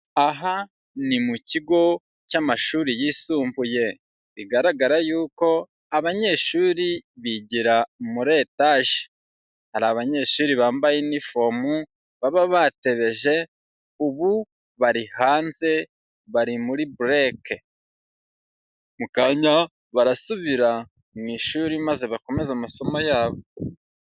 Aha ni mu kigo cy'amashuri yisumbuye, bigaragara yuko abanyeshuri bigira muri etaje, hari abanyeshuri bambaye inifomo baba batebeje, ubu bari hanze bari muri Break, mu kanya barasubira mu ishuri maze bakomeze amasomo yabo.